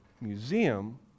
museum